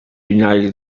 united